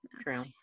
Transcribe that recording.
true